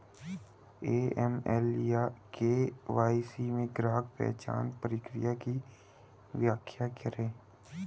AML या KYC में ग्राहक पहचान प्रक्रिया की व्याख्या करें?